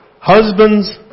Husbands